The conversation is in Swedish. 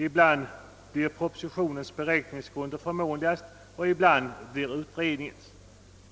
Ibland blir propositionens beräkningsgrunder förmånligast och ibland utredningens.